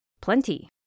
Plenty